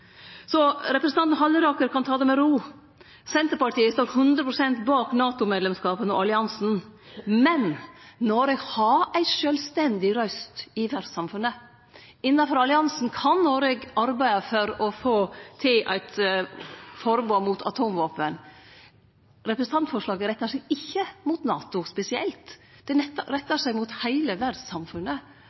Så representanten Halleraker kan ta det med ro: Senterpartiet står 100 pst. bak NATO-medlemskapen og alliansen. Men: Noreg har ei sjølvstendig røyst i verdssamfunnet. Innanfor alliansen kan Noreg arbeide for å få til eit forbod mot atomvåpen. Representantforslaget rettar seg ikkje mot NATO spesielt, det rettar seg mot heile verdssamfunnet